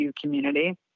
community